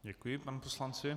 Děkuji panu poslanci.